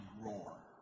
roar